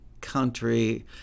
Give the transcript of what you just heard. country